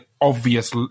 obvious